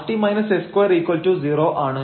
rt s20 ആണ്